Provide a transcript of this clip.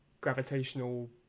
gravitational